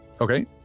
Okay